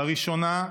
לראשונה,